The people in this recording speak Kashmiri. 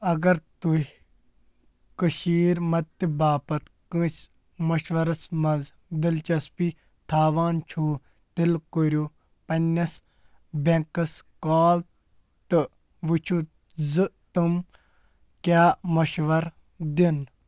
اَگر تُہۍ كٔشیٖرِ مدتہِ باپَتھ کٲنٛسہِ مشورَس منٛز دِلچسپی تھاوان چھُو تیٚلہِ کٔرِو پنٕنِس بٮ۪نٛکَس کال تہٕ ؤچھِو زٕ تٕم کیٛاہ مشورٕ دِن